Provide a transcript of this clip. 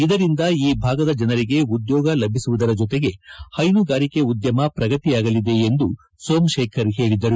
ಇದರಿಂದ ಈ ಭಾಗದ ಜನರಿಗೆ ಉದ್ಯೋಗ ಲಭಿಸುವುದರ ಜತೆಗೆ ಹೈನುಗಾರಿಕೆ ಉದ್ಯಮ ಪ್ರಗತಿಯಾಗಲಿದೆ ಎಂದು ಸೋಮತೇಖರ್ ತಿಳಿಸಿದರು